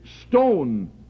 stone